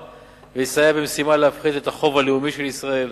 ויסייע במשימה של הפחתת החוב הלאומי של ישראל.